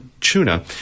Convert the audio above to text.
tuna